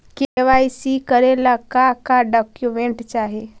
KYC करे ला का का डॉक्यूमेंट चाही?